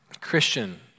Christian